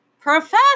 Professor